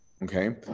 Okay